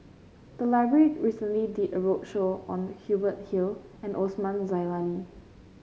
the library recently did a roadshow on Hubert Hill and Osman Zailani